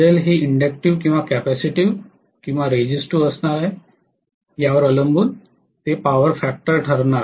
म्हणून Zl हे inductive किंवा कॅपेसिटिव्ह किंवा रेजिस्टीव असणार आहे यावर अवलंबून ते पॉवर फॅक्टर ठरवणार आहे